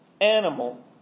animal